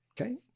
okay